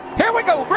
here we go, but